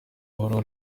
buhoraho